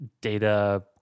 data